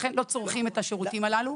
אכן לא צורכים את השירותים הללו.